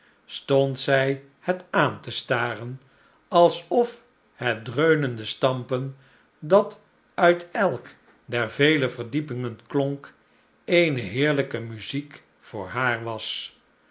stond zij het aan te staren alsof het dreunende stampen dat uit elk der vele verdiepingen klonk eene heerlijke muziek voor haar was